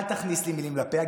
אל תכניס לי מילים לפה,